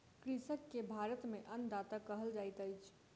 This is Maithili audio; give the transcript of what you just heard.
कृषक के भारत में अन्नदाता कहल जाइत अछि